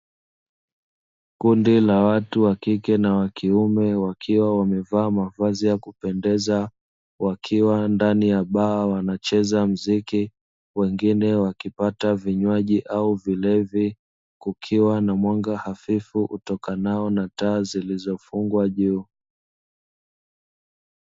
Kundi la watu wa kike na wa kiume wakiwa wamevaa mavazi ya kupendeza wakiwa ndani ya baa wanacheza muziki, wengine wakipata vinywaji au vilevi, kukiwa na mwanga hafifu utokanao na taa zilizofungwa juu.